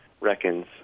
reckons